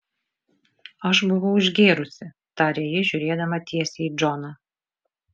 aš buvau išgėrusi tarė ji žiūrėdama tiesiai į džoną